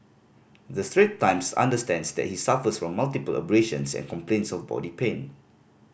the Strait Times understands that he suffers from multiple abrasions and complains of body pain